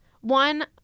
One